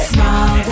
Small